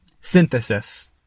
synthesis